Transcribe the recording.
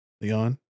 leon